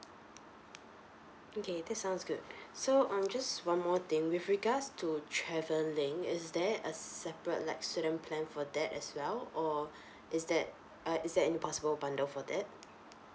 okay that sounds good so um just one more thing with regards to travelling is there a separate like student plan for that as well or is that uh is there any possible bundle for that